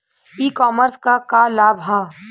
E commerce क का लाभ ह?